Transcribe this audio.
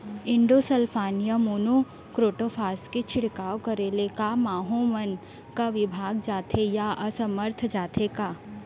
Endosulfan या monocrotophos के छिड़काव करे ले क माहो मन का विभाग जाथे या असमर्थ जाथे का?